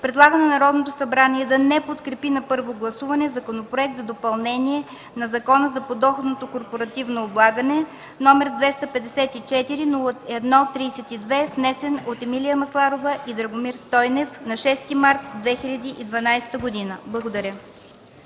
предлага на Народното събрание да не подкрепи на първо гласуване Законопроект за допълнение на Закона за корпоративното подоходно облагане, № 254-01-32, внесен от Емилия Масларова и Драгомир Стойнев на 6 март 2012 г.” Благодаря.